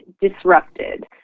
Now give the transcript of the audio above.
disrupted